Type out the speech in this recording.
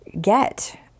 get